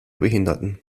behinderten